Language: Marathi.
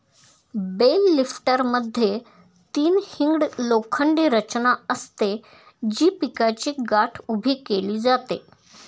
बेल लिफ्टरमध्ये तीन हिंग्ड लोखंडी रचना असते, जी पिकाची गाठ उभी केली जाते